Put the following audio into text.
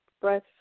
breath